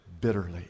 bitterly